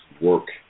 work